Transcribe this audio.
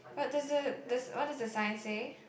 but there's a there's what does the sign say